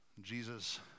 jesus